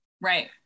right